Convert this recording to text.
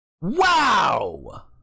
wow